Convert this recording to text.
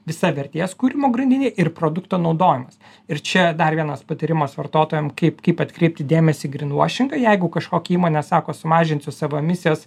visa vertės kūrimo grandinė ir produkto naudojimas ir čia dar vienas patarimas vartotojam kaip kaip atkreipti dėmesį į grin vuošingą jeigu kažkokia įmonė sako sumažinsiu savo emisijas